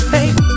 Hey